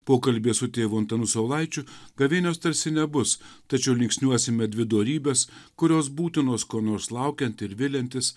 pokalbyje su tėvu antanu saulaičiu gavėnios tarsi nebus tačiau linksniuosime dvi dorybes kurios būtinos ko nors laukiant ir viliantis